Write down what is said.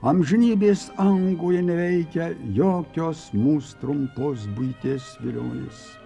amžinybės angoje neveikia jokios mūs trumpos buities vilionės